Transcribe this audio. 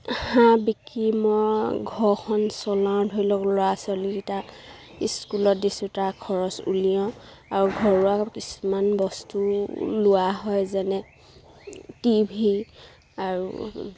হাঁহ বিকি মই ঘৰখন চলাওঁ ধৰি লওক ল'ৰা ছোৱালীকেইটা স্কুলত দিছোঁ তাৰ খৰচ উলিয়াওঁ আৰু ঘৰুৱা কিছুমান বস্তু লোৱা হয় যেনে টিভি আৰু